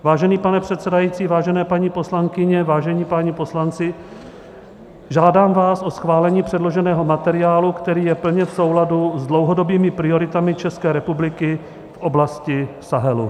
Vážený pane předsedající, vážené paní poslankyně, vážení páni poslanci, žádám vás o schválení předloženého materiálu, který je plně v souladu s dlouhodobými prioritami České republiky v oblasti Sahelu.